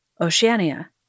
Oceania